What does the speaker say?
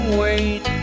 wait